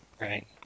Right